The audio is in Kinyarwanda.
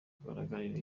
guhagararira